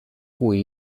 cui